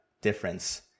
difference